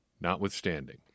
notwithstanding